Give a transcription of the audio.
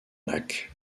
lac